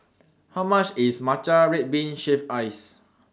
How much IS Matcha Red Bean Shaved Ice